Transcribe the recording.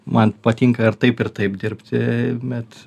man patinka ir taip ir taip dirbti bet